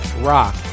rock